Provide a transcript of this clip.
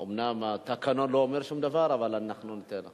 אומנם התקנון לא אומר שום דבר, אבל אנחנו ניתן לך.